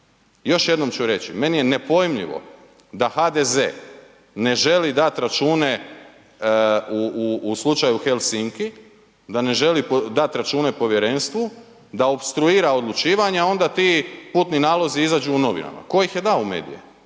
Još jednom ću reći, meni je nepojmljivo da HDZ ne želi dati račune u slučaju Helsinki, da ne želi dati račune povjerenstvu, da opstruira odlučivanje a onda ti putni nalozi izađu u novinama. Tko ih je dao u medije?